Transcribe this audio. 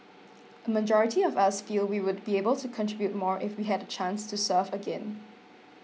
a majority of us feel we would be able to contribute more if we had a chance to serve again